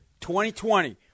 2020